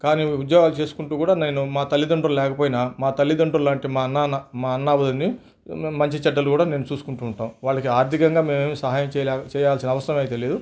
కానీ ఉద్యోగాలు చేసుకుంటూ కూడా నేను మా తల్లిదండ్రులు లేకపోయినా మా తల్లిదండ్రులు లాంటి మా అన్న న మా అన్న వదిన్ని మంచి చెడ్డలు కూడా నేను చూసుకుంటూ ఉంటాం వాళ్లకి ఆర్థికంగా మేమేమీ సహాయం చేయలే చేయాల్సిన అవసరం అయితే లేదు